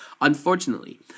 Unfortunately